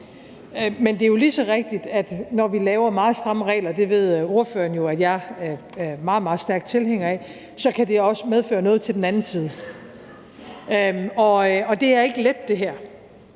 Men det er jo lige så rigtigt, at det, når vi laver meget stramme regler – og det ved ordføreren jo at jeg er meget, meget stærk tilhænger af – så også kan medføre noget til den anden side. Og det her er ikke let, for